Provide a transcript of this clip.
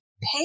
pay